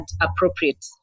appropriate